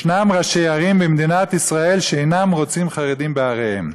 ישנם ראשי ערים במדינת ישראל שאינם רוצים חרדים בעריהם,